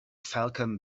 falcon